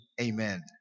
amen